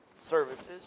services